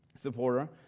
supporter